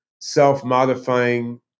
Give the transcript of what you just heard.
self-modifying